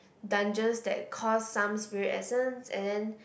dungeons that cost some spirit essence and then